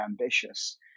ambitious